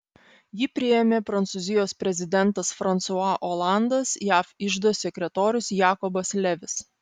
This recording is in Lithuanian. jį priėmė prancūzijos prezidentas fransua olandas jav iždo sekretorius jakobas levis